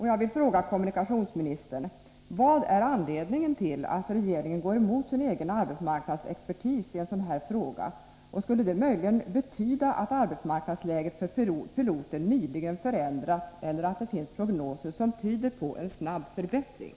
Jag vill fråga kommunikationsministern: Vad är anledningen till att regeringen går emot sin egen arbetsmarknadsexpertis i en sådan här fråga? Skulle det möjligen betyda att arbetsmarknadsläget för piloter nyligen förändrats eller att det finns prognoser som tyder på en snabb förbättring?